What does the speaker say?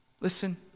Listen